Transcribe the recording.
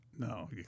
No